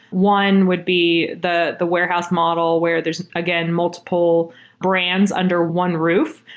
one would be the the warehouse model where there's, again, multiple brands under one roof,